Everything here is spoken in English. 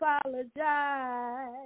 apologize